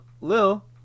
Lil